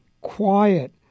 Quiet